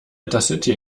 intercity